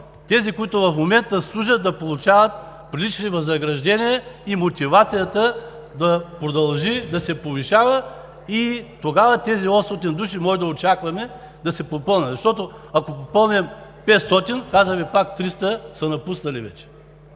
тези, които в момента служат, да получават прилични възнаграждения и мотивацията да продължи да се повишава. Тогава тези 800 души можем да очакваме да се появят, защото ако попълним 500, казваме пак 300 са напуснали вече,